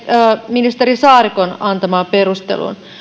ministeri saarikon antamaan perusteluun